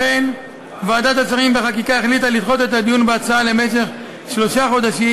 לכן ועדת השרים לחקיקה החליטה לדחות את הדיון בהצעה למשך שלושה חודשים,